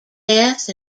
death